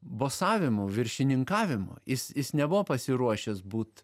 bosavimu viršininkavimu jis jis nebuvo pasiruošęs būt